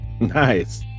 Nice